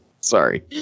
Sorry